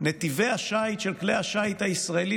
נתיבי השיט של כלי השיט הישראליים,